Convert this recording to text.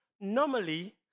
normally